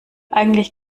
eigentlich